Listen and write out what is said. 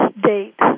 date